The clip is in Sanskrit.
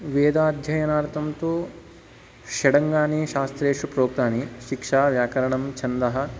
वेदाध्ययनार्थं तु षडङ्गानि शास्त्रेषु प्रोक्तानि शिक्षा व्याकरणं छन्दः